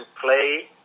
play